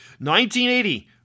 1980